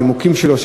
הנימוקים שלו,